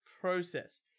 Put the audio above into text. process